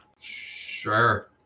Sure